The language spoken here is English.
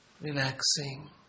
relaxing